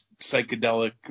psychedelic